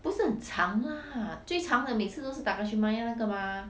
不是很长 lah 最长的每次都是 Takashimaya 的那个 mah